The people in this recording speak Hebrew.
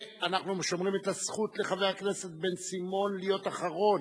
אנחנו שומרים את הזכות לחבר הכנסת בן-סימון להיות אחרון,